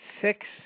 six